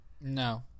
No